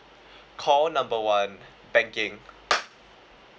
call number one banking